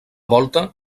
volta